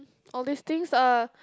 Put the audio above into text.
all this things are